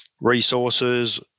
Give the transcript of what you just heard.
resources